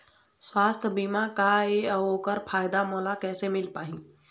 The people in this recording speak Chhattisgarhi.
सुवास्थ बीमा का ए अउ ओकर फायदा मोला कैसे मिल पाही?